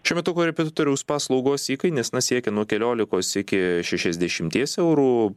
šiuo metu korepetitoriaus paslaugos įkainis na siekia nuo keliolikos iki šešiasdešimties eurų